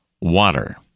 water